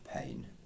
pain